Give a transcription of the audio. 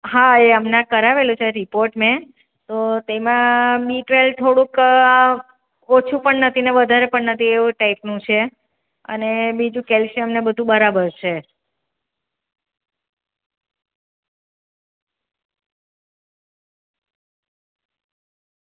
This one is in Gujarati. હા એ હમણાં કરાવેલો છે રિપોર્ટ મેં તો તેમાં બી ટ્વેલ્વ થોડુંક ઓછું પણ નથી ને વધારે પણ નથી એવું ટાઈપનું છે અને બીજું કેલ્સિયમ ને બધું બરાબર છે